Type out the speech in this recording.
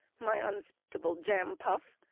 my unspeakable jam puff,